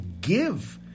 give